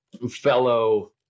Fellow